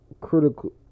critical